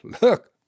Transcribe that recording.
look